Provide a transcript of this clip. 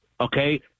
okay